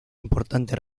importante